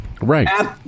Right